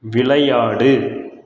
விளையாடு